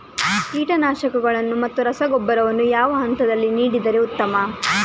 ಕೀಟನಾಶಕಗಳನ್ನು ಮತ್ತು ರಸಗೊಬ್ಬರವನ್ನು ಯಾವ ಹಂತದಲ್ಲಿ ನೀಡಿದರೆ ಉತ್ತಮ?